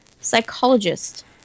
psychologist